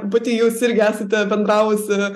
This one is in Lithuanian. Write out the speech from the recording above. pati jūs irgi esate bendravusi